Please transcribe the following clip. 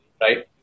right